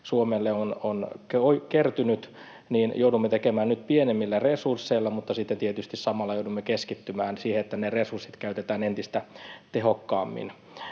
Suomelle on kertynyt, nyt pienemmillä resursseilla, mutta sitten tietysti samalla joudumme keskittymään siihen, että ne resurssit käytetään entistä tehokkaammin.